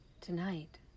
Tonight